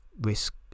risk